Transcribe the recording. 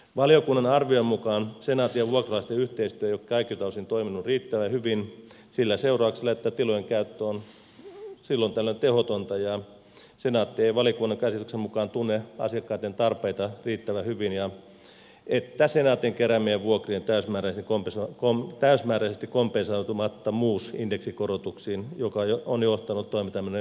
valiokunnan arvion mukaan senaatin ja vuokralaisten yhteistyö ei ole kaikilta osin toiminut riittävän hyvin sillä seurauksella että tilojen käyttö on silloin tällöin tehotonta että senaatti ei valiokunnan käsityksen mukaan tunne asiakkaitten tarpeita riittävän hyvin ja että senaatin keräämien vuokrien täysmääräisesti kompensoitumattomuus indeksikorotuksiin on johtanut toimintamenojen piiloleikkauksiin